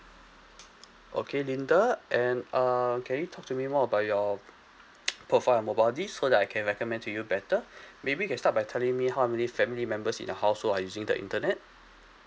okay linda and err can you talk to me more about your p~ profile and mobile needs so that I can recommend to you better maybe you can start by telling me how many family members in your household are using the internet